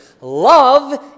Love